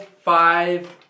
five